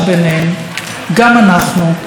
גם אנחנו יכולים.